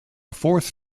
fourth